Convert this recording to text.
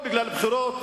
או בגלל בחירות,